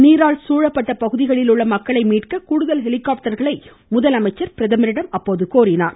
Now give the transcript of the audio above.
நீரால் சூழப்பட்ட பகுதிகளில் உள்ள மக்களை மீட்க கூடுதல் ஹெலிகாப்டர்களை முதலமைச்சர் பிரதமரிடம் கோரினார்